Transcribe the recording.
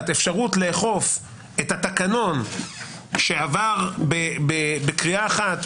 אפשרות לאכוף את התקנון שעבר בקריאה אחת,